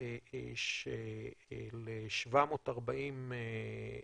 של 740,000